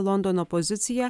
londono pozicija